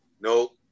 No